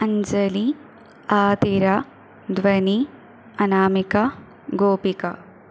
Anjali Athira Dhwani Anamika Gopika